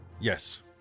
yes